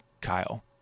Kyle